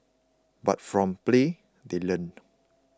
but from play they learn